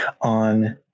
on